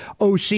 OC